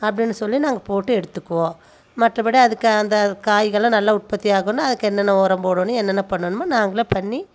அப்படினு சொல்லி நாங்கள் போட்டு எடுத்துக்குவோம் மற்றபடி அதுக்கு அந்த காய்களை நல்லா உற்பத்தி ஆகணும்னா அதுக்கு என்னென்ன உரம் போடனும் என்னென்ன பண்ணனும் நாங்களே பண்ணி